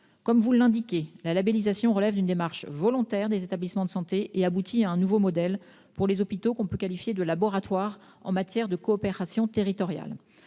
Comme vous le rappelez, la labellisation relève d'une démarche volontaire des établissements de santé et aboutit à un nouveau modèle pour les hôpitaux que l'on peut qualifier de « laboratoire » en matière de coopération territoriale,